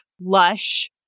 lush